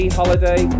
holiday